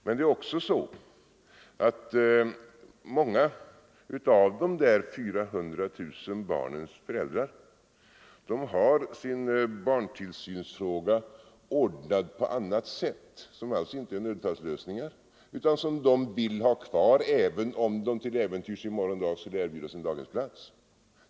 Men det är också så att många av de här 400 000 barnens föräldrar har sin barntillsynsfråga ordnad på annat sätt. Det är inte nödfallslösningar utan det är något som de vill ha kvar även om de till äventyrs i morgon dag skulle erbjudas en daghemsplats.